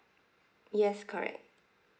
yes correct